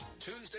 Tuesday